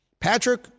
Patrick